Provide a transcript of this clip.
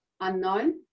unknown